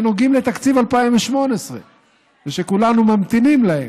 שנוגעים לתקציב 2018 שכולנו ממתינים להם,